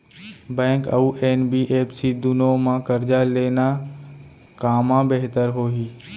Bank अऊ NBFC दूनो मा करजा लेना कामा बेहतर होही?